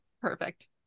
Perfect